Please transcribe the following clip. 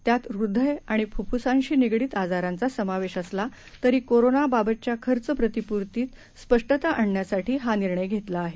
त्यातहृदयआणिफुफ्फुसाशीनिगडितआजारांचासमावेशअसला तरीकोरोनाबाबतच्याखर्चप्रतिपूर्तीतस्पष्टताआणण्यासाठीहानिर्णयघेतलाआहे